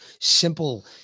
simple